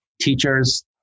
teachers